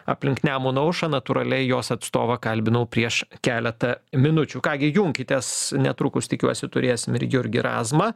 aplink nemuno aušrą natūraliai jos atstovą kalbinau prieš keletą minučių ką gi junkitės netrukus tikiuosi turėsim ir jurgį razmą